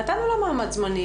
נתנו לה מעמד זמני,